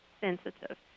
sensitive